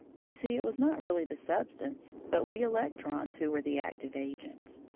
you see it was not really the substance, but we electrons who were the active agents.